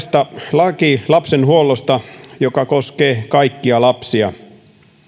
laki lapsen huollosta joka koskee kaikkia lapsia